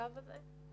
הקו הזה?